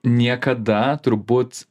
niekada turbūt